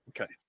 Okay